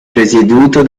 presieduto